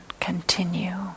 continue